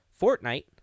Fortnite